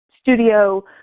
studio